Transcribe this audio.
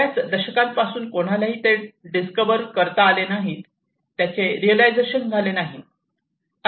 बऱ्याच दशकां पासून कोणालाही ते डिस्कवर करता आले नाही त्याचे रीलायझेशन झाले नाही